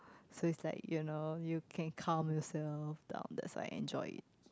so it's like you know you can calm yourself down that's why enjoy it